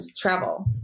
travel